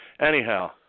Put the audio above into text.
Anyhow